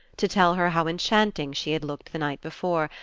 to tell her how enchanting she had looked the night before,